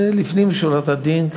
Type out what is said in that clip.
זה לפנים משורת הדין,